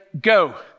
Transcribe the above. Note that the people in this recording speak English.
go